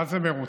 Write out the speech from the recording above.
מה זה מרוצה?